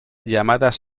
llamadas